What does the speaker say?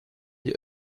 die